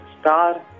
star